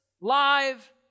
Live